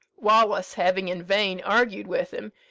wallace having in vain argued with him,